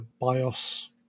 BIOS